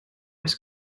his